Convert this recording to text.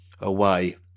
away